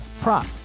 prop